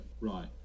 right